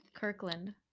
Kirkland